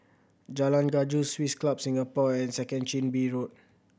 Jalan Gajus Swiss Club Singapore and Second Chin Bee Road